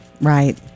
Right